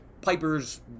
Piper's